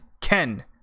Ken